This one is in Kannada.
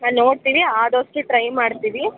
ನಾನು ನೋಡ್ತೀನಿ ಆದಷ್ಟು ಟ್ರೈ ಮಾಡ್ತೀವಿ